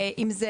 אם זה